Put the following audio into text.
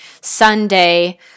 Sunday